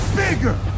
bigger